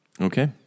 Okay